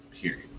Period